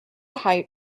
height